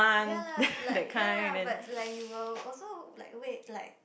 ya lah like ya lah but like you will also like wait like